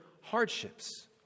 hardships